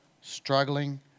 struggling